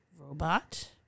robot